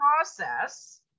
process